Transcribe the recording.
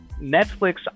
Netflix